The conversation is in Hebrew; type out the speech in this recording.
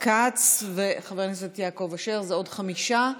כץ וחבר הכנסת יעקב אשר, זה עוד חמישה.